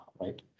right